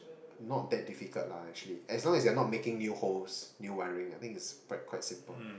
not that difficult lah actually as long as you are not making new homes new wiring I think it's quite quite simple